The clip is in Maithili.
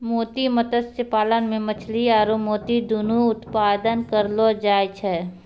मोती मत्स्य पालन मे मछली आरु मोती दुनु उत्पादन करलो जाय छै